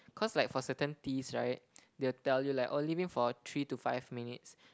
cause like for certain teas right they will tell you like oh leave in for three to five minutes